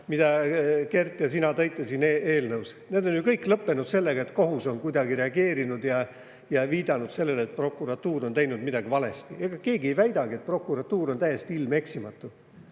mida Kert ja sina tõite siin eelnõus, on ju lõppenud sellega, et kohus on kuidagi reageerinud ja viidanud sellele, et prokuratuur on teinud midagi valesti. Ega keegi ei väidagi, et prokuratuur on täiesti ilmeksimatu.